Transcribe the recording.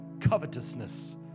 covetousness